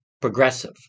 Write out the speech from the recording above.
progressive